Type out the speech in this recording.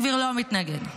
והממשלה תומכת בחוק.